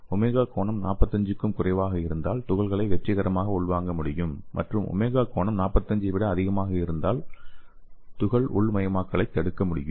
omega கோணம் 45 க்கும் குறைவாக இருந்தால் துகள்களை வெற்றிகரமாக உள்வாங்க முடியும் மற்றும் ஒமேகா கோணம் 45 ஐ விட அதிகமாக இருந்தால் துகள் உள்மயமாக்கலைத் தடுக்க முடியும்